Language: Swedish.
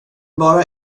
bara